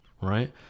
right